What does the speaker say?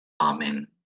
Amen